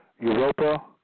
Europa